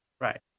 Right